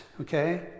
okay